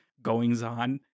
goings-on